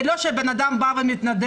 זה לא שבן אדם בא ומתנדב,